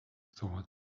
thought